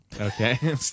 Okay